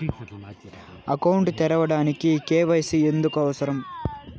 Account తెరవడానికి, KYC ఎందుకు అవసరం?